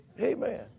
Amen